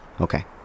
Okay